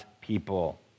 people